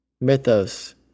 Mythos